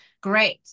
great